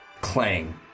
clang